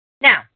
Now